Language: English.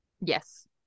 Yes